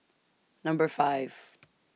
Number five